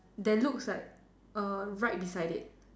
there looks like err right beside it